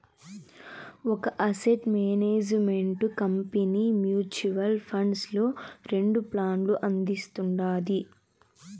ఒక asset management company mutual funds లో రెండు ప్లాన్లు అందిస్తుండాది